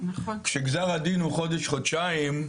כשגזר הדין הוא חודש-חודשיים,